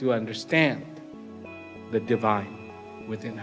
to understand the divine within